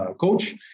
coach